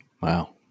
Wow